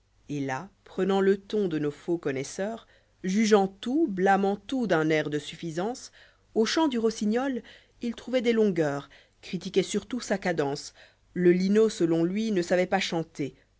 et là prenant le ton de nps faux conn oisseps jugeant tout blâmant tput dun air de suffisance au chant du rossignol il trpuvott des longueurs critiquoit surtout sa cadence le linot selon lui ne saypitjpas chanter